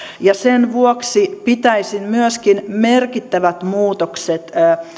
ja sen vuoksi myöskin merkittävissä muutoksissa